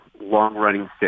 long-running